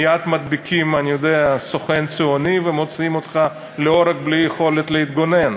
מייד מדביקים "סוכן ציוני" ומוציאים אותך להורג בלי יכולת להתגונן.